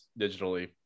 digitally